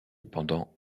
pendant